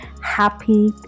happy